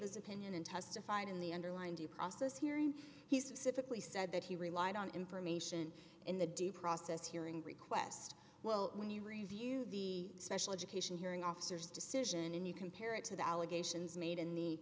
his opinion and testified in the underlying due process hearing he specifically said that he relied on information in the due process hearing request well when you review the special education hearing officers decision and you compare it to the allegations made in the